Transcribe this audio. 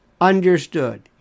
understood